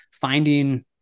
finding